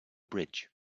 bridge